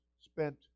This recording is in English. spent